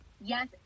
yes